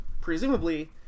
presumably